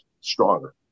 stronger